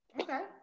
Okay